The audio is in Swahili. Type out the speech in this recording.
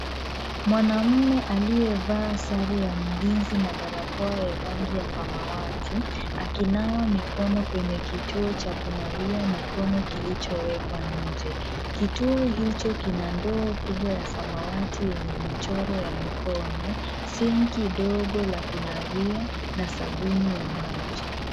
Mwanaume aliyevaa sare ya ulinzi na barakoa ya rangi ya samawati, akinawa mikono kwenye kituo cha kunawia mikono kilichowekwa nje. Kituo hiczho kina ndoo kubwa ya samawati na michoro ya mikono, sinki ndogo la kunawia na sabuni ya maji.